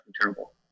terrible